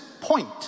point